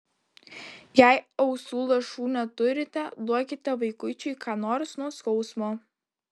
jei ausų lašų neturite duokite vaikučiui ką nors nuo skausmo